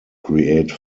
create